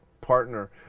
partner